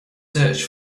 search